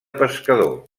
pescador